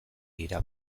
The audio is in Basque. dira